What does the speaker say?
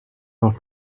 want